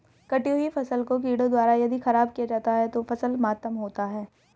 कटी हुयी फसल को कीड़ों द्वारा यदि ख़राब किया जाता है तो फसल मातम होता है